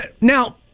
Now